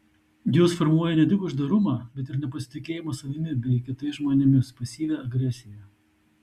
jos formuoja ne tik uždarumą bet ir nepasitikėjimą savimi bei kitais žmonėmis pasyvią agresiją